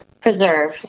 preserve